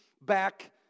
back